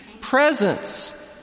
presence